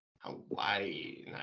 Hawaii